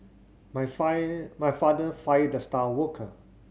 my fire my father fired the star worker